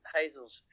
Hazel's